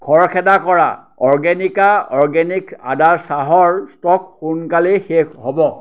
খৰখেদা কৰা অৰ্গেনিকা অৰ্গেনিক আদাৰ চাহৰ ষ্টক সোনকালেই শেষ হ'ব